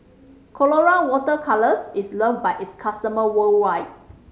Colora Water Colours is loved by its customers worldwide